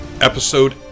Episode